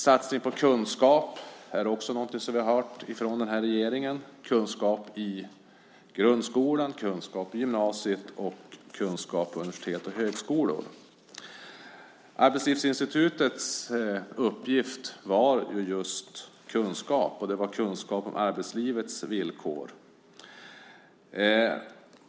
Satsning på kunskap är också någonting som vi har hört från den här regeringen, kunskap i grundskolan, kunskap i gymnasiet och kunskap på universitet och högskolor. Arbetslivsinstitutets uppgift var just kunskap. Det var kunskap om arbetslivets villkor.